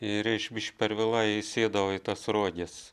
ir aš biški per vėlai įsėdau į tas roges